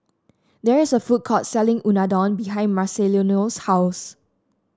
there is a food court selling Unadon behind Marcelino's house